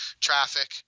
traffic